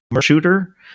shooter